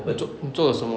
你做你做了什么